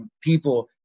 people